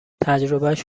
تجربهاش